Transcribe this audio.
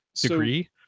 degree